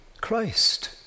Christ